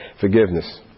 Forgiveness